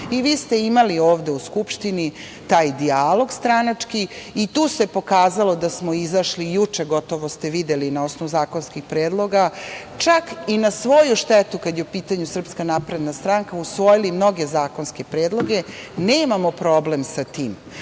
I vi ste imali ovde u Skupštini taj dijalog stranački i tu se pokazalo da smo izašli i juče gotovo ste videli na osnovu zakonskih predloga, čak i na svoju štetu, kada je u pitanju SNS, usvojili mnoge zakonske predloge. Nemamo problem sa tim